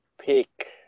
pick